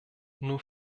nur